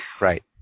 Right